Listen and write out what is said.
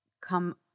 come